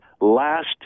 last